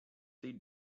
eat